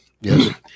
Yes